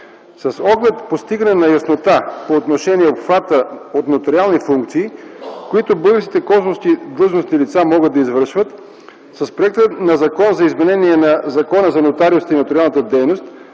С оглед постигане на яснота по отношение обхвата от нотариалните функции, които българските консулски длъжностни лица могат да извършват, с проекта на Закон за изменение на Закона за нотариусите и нотариалната дейност